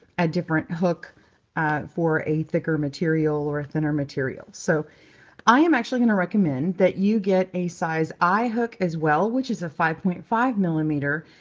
different hook for a thicker material or a thinner material. so i am actually going to recommend that you get a size i hook as well, which is a five point five millimeter,